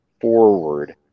forward